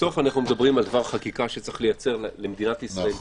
בסוף אנחנו מדברים על דבר חקיקה שצרי לייצר למדינת ישראל כלים,